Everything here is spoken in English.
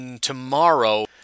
tomorrow